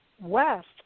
West